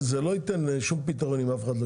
זה לא ייתן שום פתרון אם אף אחד לא